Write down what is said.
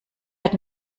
hat